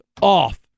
off